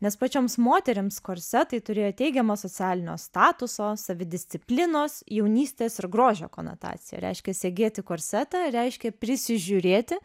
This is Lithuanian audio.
nes pačioms moterims korsetai turėjo teigiamą socialinio statuso savidisciplinos jaunystės ir grožio konotaciją reiškia segėti korsetą reiškia prisižiūrėti